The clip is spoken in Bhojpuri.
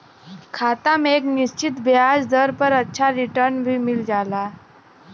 खाता में एक निश्चित ब्याज दर पर अच्छा रिटर्न भी मिल जाला